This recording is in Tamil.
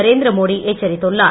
நரேந்திர மோடி எச்சரித்துள்ளார்